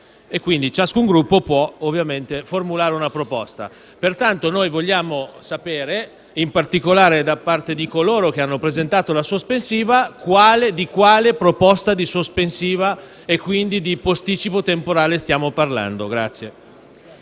ciascun Gruppo può ovviamente formulare una proposta. Pertanto noi vogliamo sapere, in particolare da parte di coloro che hanno presentato la sospensiva, di quale proposta di sospensiva e quindi di quale posticipo temporale stiamo parlando.